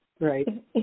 Right